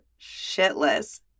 shitless